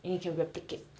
and it can replicate